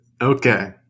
Okay